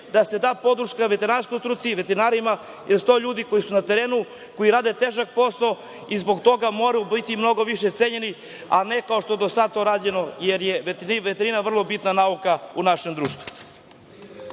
da se da podrška veterinarskoj struci, veterinarima, jer su to ljudi koji su na terenu, koji rade težak posao i zbog toga moraju biti mnogo više cenjeni, a ne kao što je do sada to rađeno, jer je veterina vrlo bitna nauka u našem društvu.